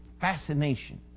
fascination